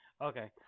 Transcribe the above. okay